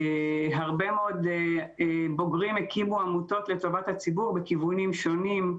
הרבה מאוד בוגרים הקימו עמותות לטובת הציבור בכיוונים שונים.